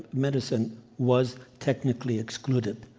medicine was technically excluded.